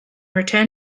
return